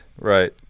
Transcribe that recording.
right